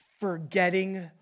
forgetting